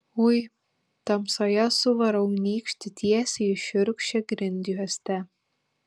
ui tamsoje suvarau nykštį tiesiai į šiurkščią grindjuostę